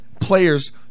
players